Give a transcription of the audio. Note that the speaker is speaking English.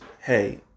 hey